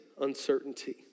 uncertainty